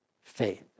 faith